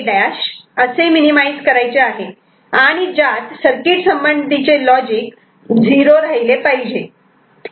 A' असे minimise करायचे आहे आणि ज्यात सर्किट संबंधीचे लॉजिक 0 राहिले पाहिजे